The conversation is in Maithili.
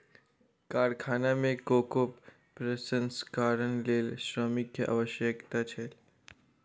कारखाना में कोको प्रसंस्करणक लेल श्रमिक के आवश्यकता छल